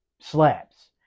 slabs